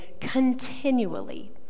Continually